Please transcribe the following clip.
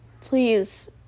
Please